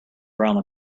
around